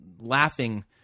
laughing